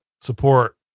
support